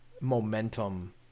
momentum